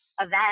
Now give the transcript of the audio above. event